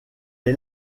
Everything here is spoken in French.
est